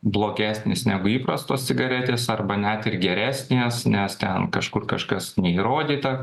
blogesnės negu įprastos cigaretės arba net ir geresnės nes ten kažkur kažkas neįrodyta